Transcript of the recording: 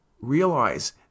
realize